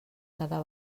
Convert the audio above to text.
cada